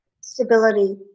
Stability